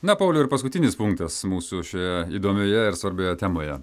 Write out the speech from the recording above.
na pauliau ir paskutinis punktas mūsų šioje įdomioje ir svarbioje temoje